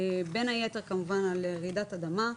בין היתר על רעידת אדמה.